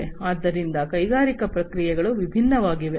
ಆದ್ದರಿಂದ ಕೈಗಾರಿಕಾ ಪ್ರಕ್ರಿಯೆಗಳು ವಿಭಿನ್ನವಾಗಿವೆ